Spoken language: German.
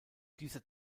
dieser